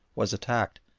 was attacked,